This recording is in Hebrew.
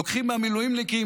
לוקחים מהמילואימניקים,